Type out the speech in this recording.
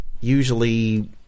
Usually